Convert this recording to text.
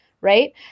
right